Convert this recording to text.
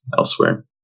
elsewhere